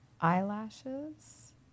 eyelashes